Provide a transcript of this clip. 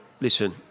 listen